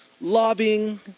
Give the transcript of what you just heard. lobbying